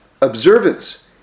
observance